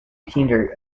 kinder